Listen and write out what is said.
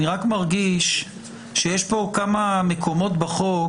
אני רק מרגיש שיש כאן כמה מקומות בחוק